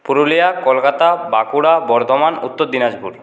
Purulia Kolkata Bankura Bardhaman Uttar Dinajpur